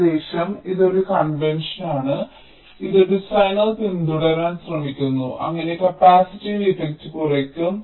ഏകദേശം ഇത് ഒരു കൺവെൻഷനാണ് ഇത് ഡിസൈനർ പിന്തുടരാൻ ശ്രമിക്കുന്നു അങ്ങനെ കപ്പാസിറ്റീവ് ഇഫക്റ്റ് കുറയ്ക്കും